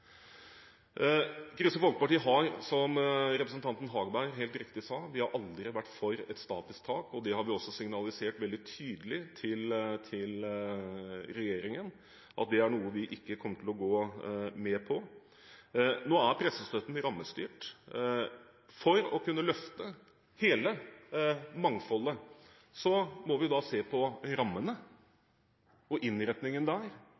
Kristelig Folkeparti har aldri – som representanten Harberg helt riktig sa – vært for et statisk tak, og vi har også signalisert veldig tydelig til regjeringen at dette er noe vi ikke kommer til å gå med på. Nå er pressestøtten rammestyrt. For å kunne løfte hele mangfoldet må vi se på rammene og innretningen. Det er på den måten man kan gi mer tilskudd til lokalaviser der